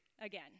again